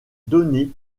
donné